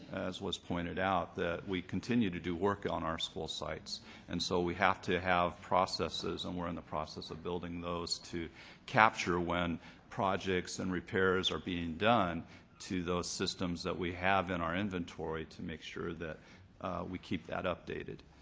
as was pointed out. we continue to do work on our school sites and so we have to have processes and we're in the process of building those to capture when projects and repairs are being done to those systems that we have in our inventory to make sure that we keep that updated.